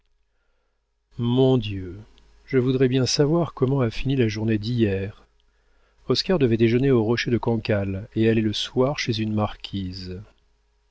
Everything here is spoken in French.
mon dieu je voudrais bien savoir comment a fini la journée d'hier oscar devait déjeuner au rocher de cancale et aller le soir chez une marquise